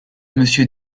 monsieur